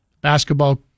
basketball